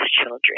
children